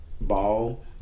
ball